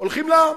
הולכים לעם.